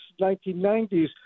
1990s